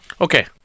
Okay